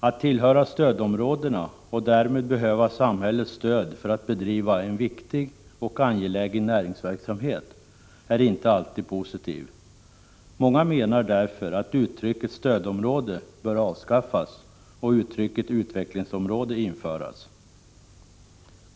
Att tillhöra stödområdena och därmed behöva samhällets stöd för att bedriva en viktig och angelägen näringsverksamhet är inte alltid positivt. Många menar därför att uttrycket stödområde bör avskaffas och uttrycket utvecklingsområde införas.